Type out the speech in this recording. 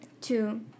two